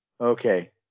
Okay